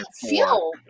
feel